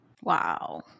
Wow